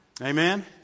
Amen